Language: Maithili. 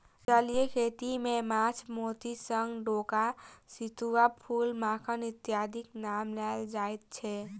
जलीय खेती मे माछ, मोती, शंख, डोका, सितुआ, फूल, मखान आदिक नाम लेल जाइत छै